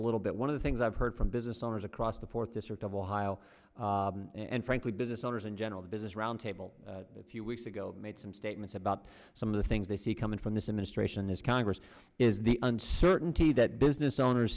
a little bit one of the things i've heard from business owners across the fourth district of ohio and frankly business owners in general the business roundtable a few weeks ago made some statements about some of the things they see coming from this administration this congress is the uncertainty that business owners